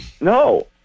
No